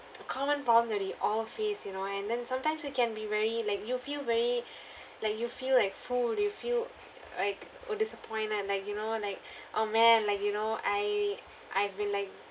a common problem that we all face you know and then sometimes it can be very like you feel very like you feel like fooled you feel like oh disappointed like you know like oh man like you know I I've been like